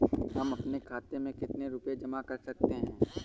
हम अपने खाते में कितनी रूपए जमा कर सकते हैं?